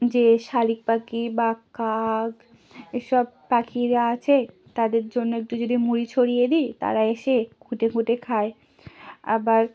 যে শালিখ পাখি বা কাক এসব পাখিরা আছে তাদের জন্য একটু যদি মুড়ি ছড়িয়ে দিই তারা এসে খুঁটে খুঁটে খায় আবার